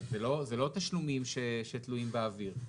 זה לא תשלומים שתלויים באוויר.